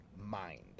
mind